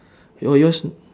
your yours n~